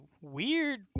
weird